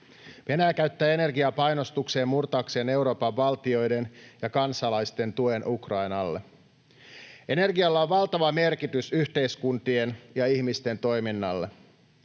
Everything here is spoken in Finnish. Venäjä käyttää energiaa painostukseen murtaakseen Euroopan valtioiden ja kansalaisten tuen Ukrainalle. Energialla on valtava merkitys yhteiskuntien ja ihmisten toiminnalle,